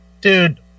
dude